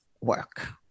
work